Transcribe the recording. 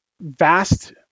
vast